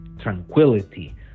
tranquility